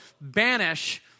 banish